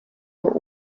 were